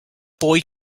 boy